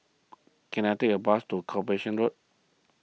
can I take a bus to Corporation Road